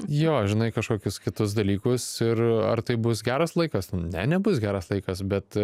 jo žinai kažkokius kitus dalykus ir ar tai bus geras laikas ne nebus geras laikas bet